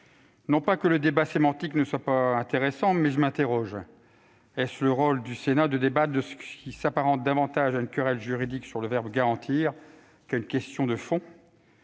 droit public. Le débat sémantique n'est pas inintéressant, mais je m'interroge : est-ce le rôle du Sénat de débattre de ce qui s'apparente davantage à une querelle juridique sur le verbe « garantir » qu'à une question de fond ?